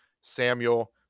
Samuel